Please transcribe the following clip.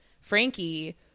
Frankie